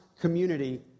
community